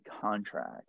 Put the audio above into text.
contract